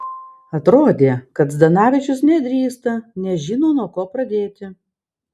atrodė kad zdanavičius nedrįsta nežino nuo ko pradėti